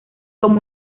como